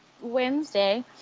Wednesday